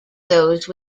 those